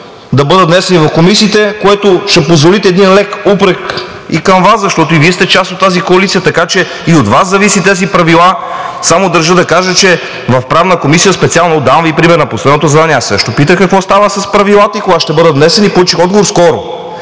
да бъдат внесени в комисиите. Ще позволите един лек упрек и към Вас, защото и Вие сте част от тази коалиция, така че и от Вас зависи. Държа да кажа, че в Правната комисия – давам Ви пример – на последното заседание аз също питах какво става с Правилата и кога ще бъдат внесени. Получих отговор – скоро.